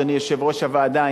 אדוני יושב-ראש הוועדה,